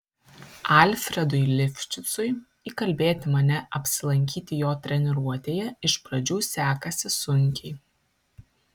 alfredui lifšicui įkalbėti mane apsilankyti jo treniruotėje iš pradžių sekasi sunkiai